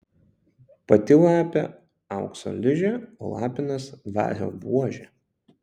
pati lapė aukso ližė o lapinas vario buožė